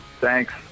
Thanks